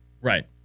Right